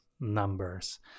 numbers